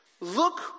look